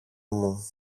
μου